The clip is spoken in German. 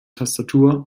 tastatur